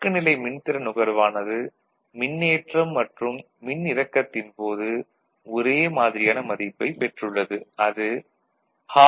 இயக்கநிலை மின்திறன் நுகர்வானது மின்னேற்றம் மற்றும் மின்னிறக்கத்தின் போது ஒரே மாதிரியான மதிப்பைப் பெற்றுள்ளது அது ½